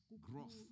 growth